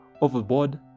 overboard